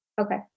Okay